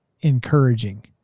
encouraging